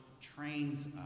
trains